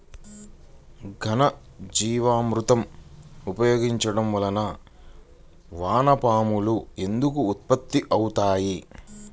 ఘనజీవామృతం ఉపయోగించటం వలన వాన పాములు ఎందుకు ఉత్పత్తి అవుతాయి?